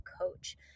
coach